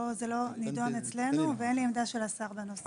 לא נדון אצלנו ואין לי עמדה של הנושא.